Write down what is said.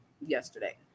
yesterday